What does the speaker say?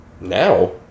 Now